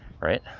right